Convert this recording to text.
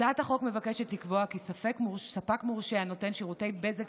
הצעת החוק מבקשת לקבוע כי ספק מורשה הנותן שירותי בזק